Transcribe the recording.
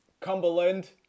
Cumberland